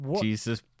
jesus